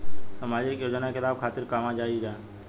सामाजिक योजना के लाभ खातिर कहवा जाई जा?